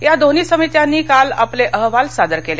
या दोन्ही समित्यांनी काल आपले अहवाल सादर केले